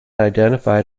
identified